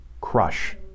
crush